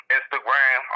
Instagram